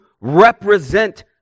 represent